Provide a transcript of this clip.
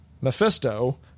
Mephisto